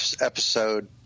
episode